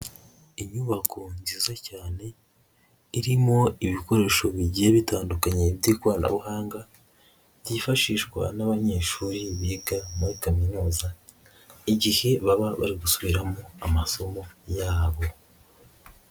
Inyubako nziza cyane irimo ibikoresho bigiye bitandukanye by'ikoranabuhanga byifashishwa n'abanyeshuri biga muri kaminuza, igihe baba bari gusubiramo amasomo yabo.